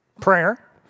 prayer